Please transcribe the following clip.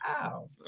Wow